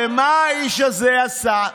ומה האיש הזה עשה?